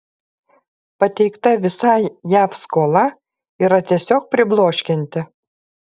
pateikta visa jav skola yra tiesiog pribloškianti